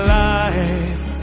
life